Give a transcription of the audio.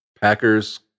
Packer's